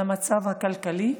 על המצב הכלכלי?